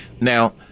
now